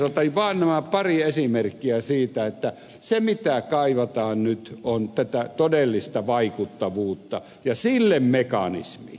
otin vain nämä pari esimerkkiä siitä että se mitä kaivataan nyt on tätä todellista vaikuttavuutta ja sille mekanismi